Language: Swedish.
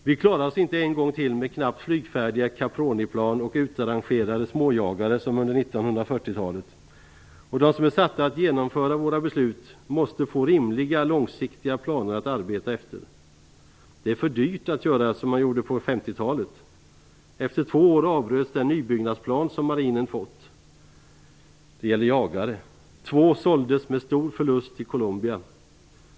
Vi klarar oss inte en gång till med knappt flygfärdiga Caproniplan och utrangerade småjagare som under 1940-talet. Och de som är satta att genomföra våra beslut måste få rimliga långsiktiga planer att arbeta efter. Det är för dyrt att göra som man gjorde på 1950-talet. Efter två år avbröts den nybyggnadsplan för jagare som marinen fått. Två jagare såldes med stor förlust till Colombia.